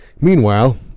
Meanwhile